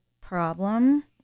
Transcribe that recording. problem